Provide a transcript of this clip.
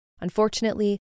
Unfortunately